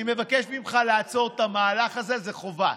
אני מבקש ממך לעצור את המהלך הזה, זו חובה.